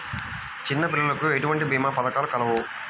చిన్నపిల్లలకు ఎటువంటి భీమా పథకాలు కలవు?